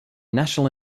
national